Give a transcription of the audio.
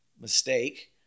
mistake